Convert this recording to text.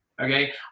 okay